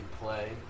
play